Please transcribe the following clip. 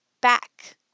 back